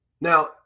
Now